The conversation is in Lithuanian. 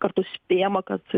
kartu spėjama kad